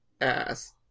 ass